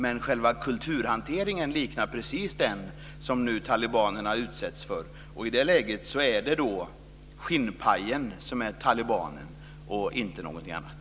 Men själva kulturhanteringen liknar precis den som nu talibanerna utsätts för. I det läget är det skinnpajen som är talibanen och inte någonting annat.